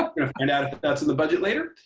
ah gonna find out if but that's in the budget later.